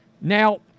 Now